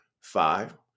Five